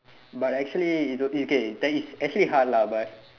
but actually it do it okay that is actually hard lah but